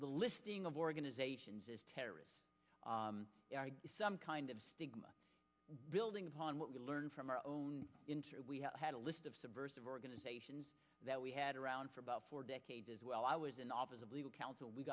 the listing of organizations as terrorists some kind of stigma building upon what we learn from our own interest we had a list of subversive organizations that we had around for about four decades as well i was an office of legal counsel we